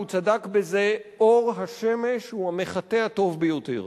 והוא צדק בזה: אור השמש הוא המחטא הטוב ביותר.